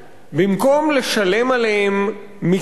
במקום לשלם עליהם מסים,